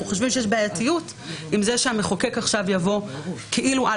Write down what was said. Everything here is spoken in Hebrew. חושבים שיש בעייתיות עם זה שהמחוקק עכשיו יבוא כאילו על